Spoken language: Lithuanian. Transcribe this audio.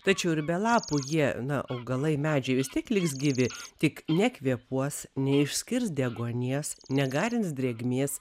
tačiau ir be lapų jie na augalai medžiai vis tiek liks gyvi tik nekvėpuos neišskirs deguonies negarins drėgmės